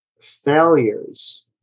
failures